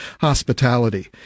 hospitality